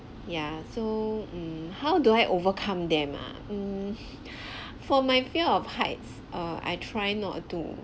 yeah so mm how do I overcome them ah mm for my fear of heights err I try not to